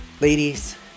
ladies